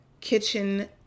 kitchen